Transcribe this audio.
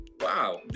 wow